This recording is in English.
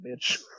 bitch